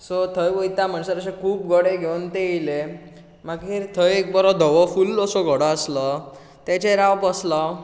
so थंय वयता म्हणसर अशें खूब घोडे घेवन ते येयले मागीर थंय एक बरो धवो फुल्ल असो घोडो आसलो तेचेर हांव बसलो